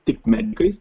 tik medikais